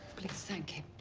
please thank him.